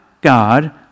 God